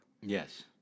Yes